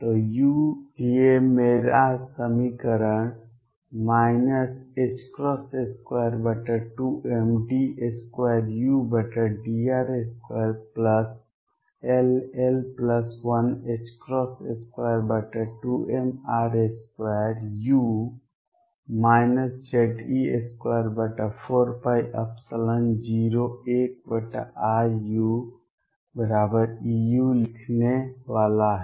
तो u लिए मेरा समीकरण 22md2udr2 ll122mr2u Ze24π01ruEu दिखने वाला है